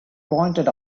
pointed